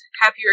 happier